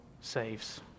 saves